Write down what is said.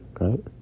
right